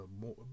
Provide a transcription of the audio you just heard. more